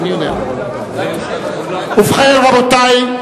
ובכן, רבותי,